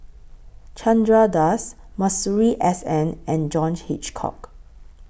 Chandra Das Masuri S N and John Hitchcock